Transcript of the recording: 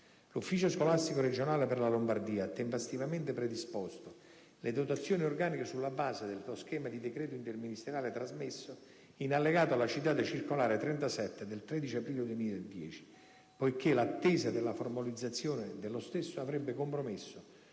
L'Ufficio scolastico regionale per la Lombardia ha tempestivamente predisposto le dotazioni organiche sulla base dello schema di decreto interministeriale trasmesso in allegato alla citata circolare n. 37 del 13 aprile 2010, poiché l'attesa della formalizzazione dello stesso avrebbe compromesso